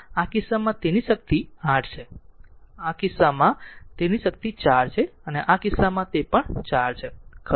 આ કિસ્સામાં તે શક્તિ 8 છે આ કિસ્સામાં તે શક્તિ 4 છે આ કિસ્સામાં તે શક્તિ પણ 4 છે ખરું